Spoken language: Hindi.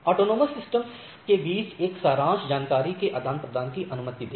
स्वायत्त प्रणालियों के बीच एक सारांश जानकारी के आदान प्रदान की अनुमति दें